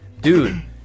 dude